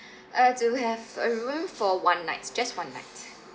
uh to have a room for one night just one night